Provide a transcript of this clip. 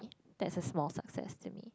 that's a small success to me